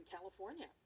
California